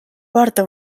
porta